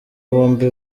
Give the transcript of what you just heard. bombi